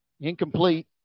Incomplete